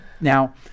now